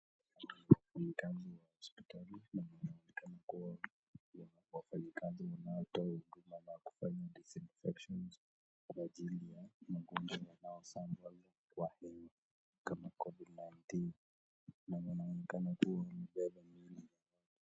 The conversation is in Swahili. Wafanyakazi wa hospitali wanaonekana kuwa wafanyakazi wanaotoa huduma za kufanya disinfections kwa ajili ya magonjwa yanayosambazwa kwa hewa kama covid 19 na wanaonekana kama wamebeba miili.